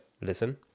listen